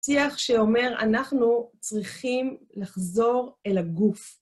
פתיח שאומר, אנחנו צריכים לחזור אל הגוף.